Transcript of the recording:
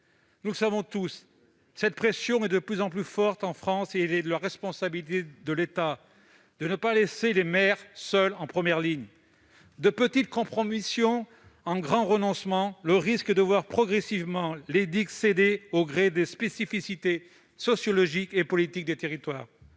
Nous le savons tous, cette pression est de plus en plus forte en France ; il est de la responsabilité de l'État de ne pas laisser les maires seuls en première ligne. De petites compromissions en grands renoncements, le risque est de voir les digues progressivement céder au gré des spécificités sociologiques et politiques des territoires.